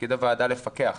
תפקיד הוועדה לפקח.